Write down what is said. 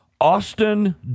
Austin